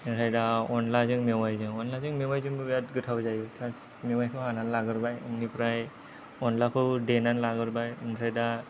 ओमफ्राय दा अनलाजों मेवाइजों अनलाजों मेवाइजोंबो बिराद गोथाव जायो फार्स्ट मेवाइखौ हानानै लाग्रोबाय बिनिफ्राय अनलाखौ देनानै लाग्रोबाय ओमफ्राय दा